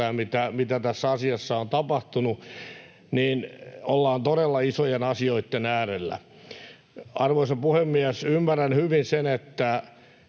mitä tässä asiassa on tapahtunut. Ollaan todella isojen asioitten äärellä. Arvoisa puhemies! Ymmärrän hyvin sen, että